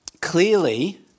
clearly